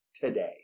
Today